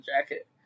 jacket